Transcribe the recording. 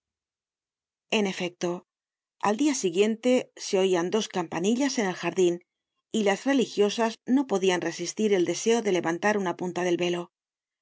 en efecto al dia siguiente se oian dos campanillas en el jardin y las religiosas no podian resistir al deseo de levantar una punta del velo en